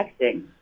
texting